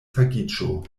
tagiĝo